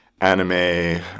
anime